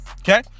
Okay